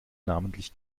namentlich